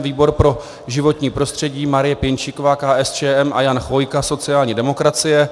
Výbor pro životní prostředí Marie Pěnčíková, KSČM, a Jan Chvojka, sociální demokracie.